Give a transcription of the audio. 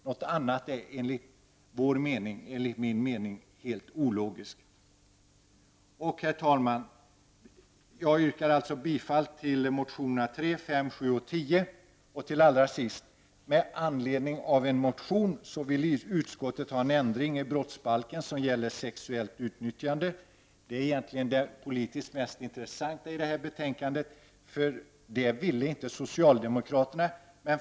Något annat är enligt min mening ologiskt. Herr talman! Jag yrkar således bifall till reservationerna 3, 5, 7 och 10. Med anledning av en motion vill utskottet ha en ändring i brottsbalken som gäller sexuellt utnyttjande. Detta är egentligen det politiskt mest intressanta i betänkandet, eftersom socialdemokraterna inte ville det.